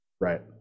right